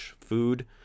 food